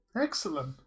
Excellent